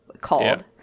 called